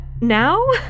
now